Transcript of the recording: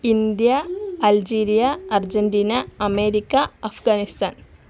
India Algeria Argentina America Afghanistan